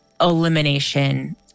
elimination